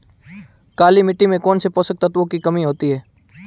काली मिट्टी में कौनसे पोषक तत्वों की कमी होती है?